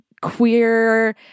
queer